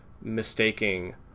mistaking